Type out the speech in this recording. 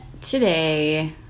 today